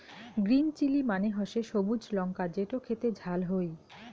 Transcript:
green chilli মানে হসে সবুজ লঙ্কা যেটো খেতে ঝাল হই